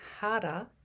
harder